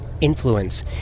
influence